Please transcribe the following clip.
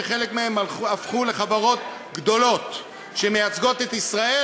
שחלק מהן הפכו לחברות גדולות שמייצגות את ישראל,